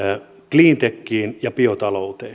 cleantechiin ja biotalouteen